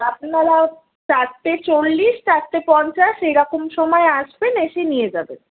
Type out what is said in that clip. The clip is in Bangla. আপনারা চারটে চল্লিশ চারটে পঞ্চাশ এইরকম সময়ে আসবেন এসে নিয়ে যাবেন